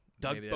Doug